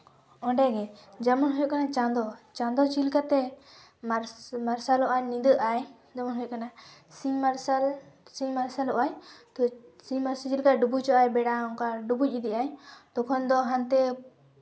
ᱚᱸᱰᱮᱜᱮ ᱡᱮᱢᱚᱱ ᱦᱩᱭᱩᱜ ᱠᱟᱱᱟ ᱪᱟᱸᱫᱚ ᱪᱟᱸᱫᱚ ᱪᱮᱫᱠᱟᱛᱮ ᱢᱟᱨᱥᱟᱞᱚᱜ ᱟᱭ ᱧᱤᱫᱟᱹᱜ ᱟᱭ ᱡᱮᱢᱚᱱ ᱦᱩᱭᱩᱜ ᱠᱟᱱᱟ ᱥᱤᱧ ᱢᱟᱨᱥᱟᱞ ᱥᱤᱧ ᱢᱟᱨᱥᱟᱞᱚᱜ ᱟᱭ ᱛᱚ ᱥᱤᱧ ᱢᱟᱨᱥᱟᱞ ᱪᱮᱫ ᱞᱮᱠᱟ ᱰᱩᱵᱩᱡᱚᱜ ᱟᱭ ᱵᱮᱲᱟ ᱚᱱᱠᱟ ᱰᱩᱵᱩᱡ ᱤᱫᱤᱜ ᱟᱭ ᱛᱚᱠᱷᱚᱱ ᱫᱚ ᱦᱟᱱᱛᱮ